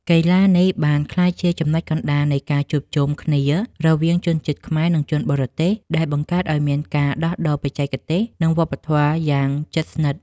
កីឡានេះបានក្លាយជាចំណុចកណ្ដាលនៃការជួបជុំគ្នារវាងជនជាតិខ្មែរ និងជនបរទេស ដែលបង្កើតឱ្យមានការដោះដូរបច្ចេកទេស និងវប្បធម៌យ៉ាងជិតស្និទ្ធ។